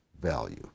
value